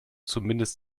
zumindest